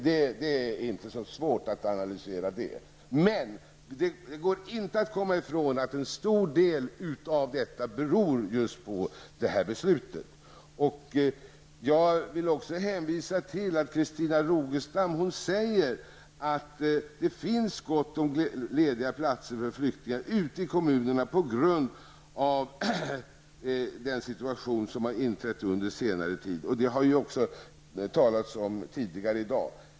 Det är inte så svårt att analysera detta. Men det går inte att komma ifrån att en stor del av dessa avslag beror just på detta beslut. Jag vill också hänvisa till att Christina Rogestam sagt att det finns gott om lediga platser för flyktingar ute i kommunerna på grund av den situation som inträtt under senare tid. Detta har också talats om tidigare här i dag.